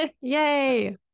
Yay